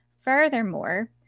Furthermore